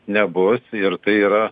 nebus ir tai yra